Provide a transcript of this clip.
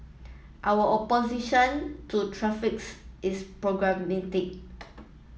our opposition to traffics is pragmatic